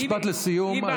משפט לסיום.